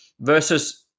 versus